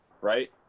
Right